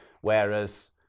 Whereas